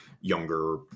younger